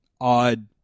odd